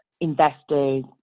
investors